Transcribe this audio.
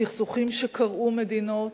סכסוכים שקרעו מדינות,